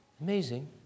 Amazing